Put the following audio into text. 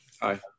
Hi